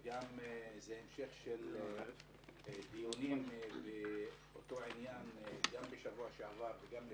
זה המשך של דיונים באותו עניין גם בשבוע שעבר וגם לפני,